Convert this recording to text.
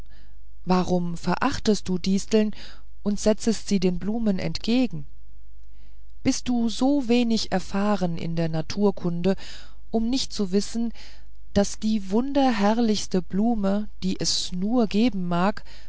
warum verachtest du disteln und setzest sie den blumen entgegen bist du so wenig erfahren in der naturkunde um nicht zu wissen daß die wunderherrlichste blume die es nur geben mag